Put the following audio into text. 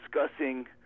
discussing